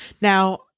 Now